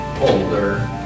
older